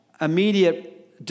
immediate